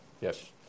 Yes